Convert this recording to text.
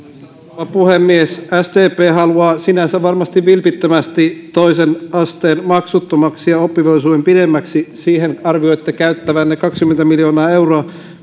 rouva puhemies sdp haluaa sinänsä varmasti vilpittömästi toisen asteen maksuttomaksi ja oppivelvollisuuden pidemmäksi siihen arvioitte käyttävänne kaksikymmentä miljoonaa euroa